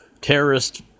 terrorist